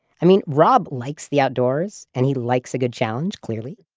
i mean rob likes the outdoors and he likes a good challenge, clearly.